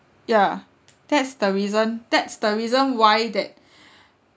ya that's the reason that's the reason why that